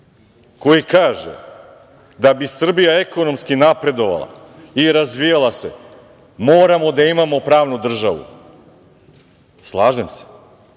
koji kaže – da bi Srbija ekonomski napredovala i razvijala se moramo da imamo pravnu državu. Slažem se.